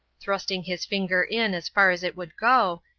thrusting his finger in as far as it would go,